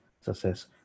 success